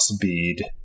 bead